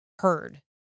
heard